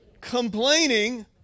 complaining